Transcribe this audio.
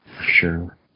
Sure